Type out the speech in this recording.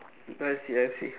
I see I see